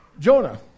Jonah